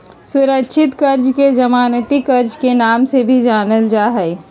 सुरक्षित कर्ज के जमानती कर्ज के नाम से भी जानल जाहई